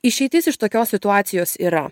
išeitis iš tokios situacijos yra